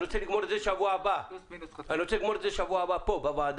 אני רוצה לסיים עם זה בשבוע הבא כאן בוועדה.